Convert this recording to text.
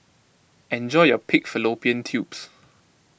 enjoy your Pig Fallopian Tubes